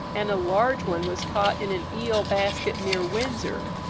and a large one was caught in an eel-basket, near windsor,